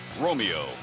Romeo